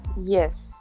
yes